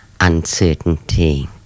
uncertainty